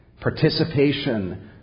participation